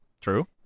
True